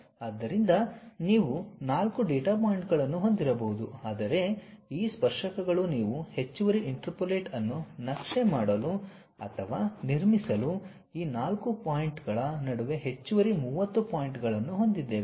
ಆದ್ದರಿಂದ ನೀವು 4 ಡೇಟಾ ಪಾಯಿಂಟ್ಗಳನ್ನು ಹೊಂದಿರಬಹುದು ಆದರೆ ಈ ಸ್ಪರ್ಶಕಗಳು ನೀವು ಹೆಚ್ಚುವರಿ ಇಂಟರ್ಪೋಲೇಟ್ ಅನ್ನು ನಕ್ಷೆ ಮಾಡಲು ಅಥವಾ ನಿರ್ಮಿಸಲು ಈ 4 ಪಾಯಿಂಟ್ಗಳ ನಡುವೆ ಹೆಚ್ಚುವರಿ 30 ಪಾಯಿಂಟ್ಗಳನ್ನು ಹೊಂದಿದ್ದೇವೆ